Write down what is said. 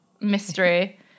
mystery